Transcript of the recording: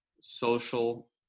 social